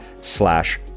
slash